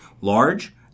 large